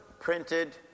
printed